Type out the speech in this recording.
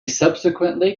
subsequently